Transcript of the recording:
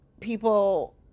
people